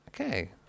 Okay